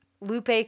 Lupe